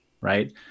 right